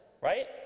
right